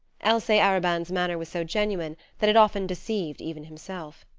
alcee arobin's manner was so genuine that it often deceived even himself.